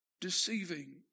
deceiving